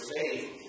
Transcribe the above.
faith